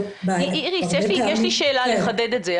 איריס, יש לי שאלה כדי לחדד את זה.